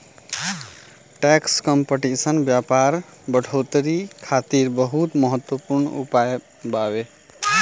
tax competition व्यापार बढ़ोतरी खातिर बहुत महत्वपूर्ण उपाय बावे